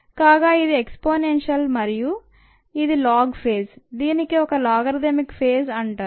కాగా ఇది ఎక్స్పోనెన్షియల్ మరియు ఇది లోగ్ ఫేజ్ దీనిని ఒక లాగరిథమిక్ ఫేజ్ అంటారు